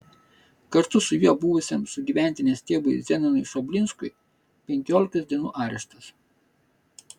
kartu su juo buvusiam sugyventinės tėvui zenonui šoblinskui penkiolikos dienų areštas